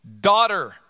Daughter